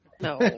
No